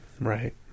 Right